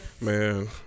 Man